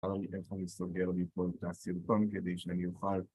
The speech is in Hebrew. אבל אני סוגר לי פה את הסרטון כדי שאני אוכל.